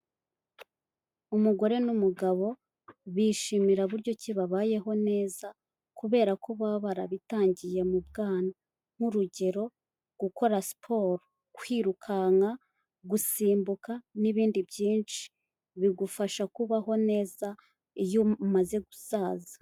Umugore n'umugabo bishimira buryo ki babayeho neza kubera ko baba barabitangiye mu bwana, nk'urugero gukora siporo, kwirukanka, gusimbuka n'ibindi byinshi bigufasha kubaho neza iyo umaze gusaza.